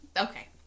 Okay